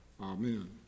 Amen